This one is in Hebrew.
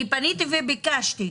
אני פניתי וביקשתי.